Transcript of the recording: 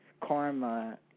karma